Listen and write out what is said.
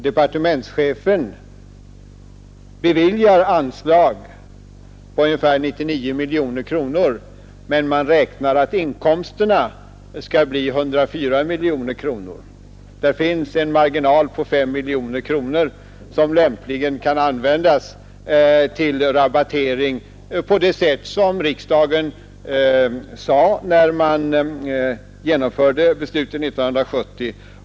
Departementschefen beviljar nämligen anslag på ungefär 99 miljoner kronor, men inkomsterna beräknas bli 104 miljoner kronor. Där finns en marginal på S miljoner kronor, som lämpligen kan användas till rabattering på det sätt som riksdagen uttalade sig för 1970.